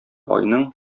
айның